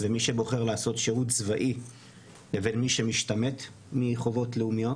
וצבאי לבין מי שמשתמט מחובות לאומיות.